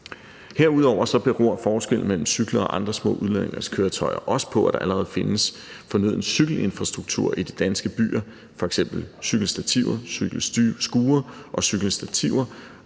Herudover beror forskellen mellem cykler og andre små udlejningskøretøjer også på, at der allerede findes fornøden cykelinfrastruktur i de danske byer, f.eks. cykelstativer, cykelskure,